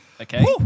Okay